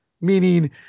meaning